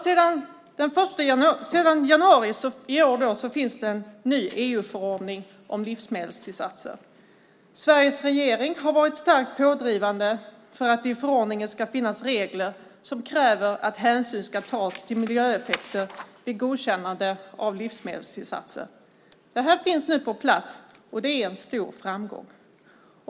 Sedan januari i år finns det en ny EU-förordning om livsmedelstillsatser. Sveriges regering har varit starkt pådrivande för att det i förordningen ska finnas regler som kräver att hänsyn ska tas till miljöeffekter vid godkännande av livsmedelstillsatser. Det här finns nu på plats, och det är en stor framgång.